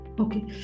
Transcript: Okay